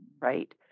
right